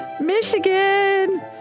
Michigan